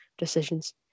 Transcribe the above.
decisions